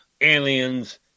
aliens